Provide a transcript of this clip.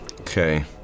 Okay